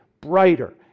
brighter